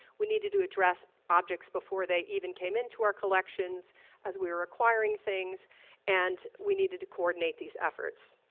we needed to address objects before they even came in to our collections as we were acquiring things and we needed to coordinate these efforts.